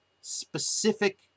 specific